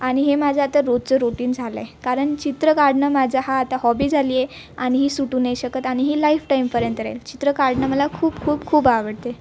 आणि हे माझं आता रोजचं रूटीन झालं आहे कारण चित्र काढणं माझा हा आता हॉबी झाली आहे आणि ही सुटू नाही शकत आणि ही लाईफटाईमपर्यंत राहील चित्र काढणं मला खूप खूप खूप आवडते